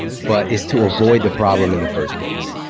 but it's to avoid the problem in the first place.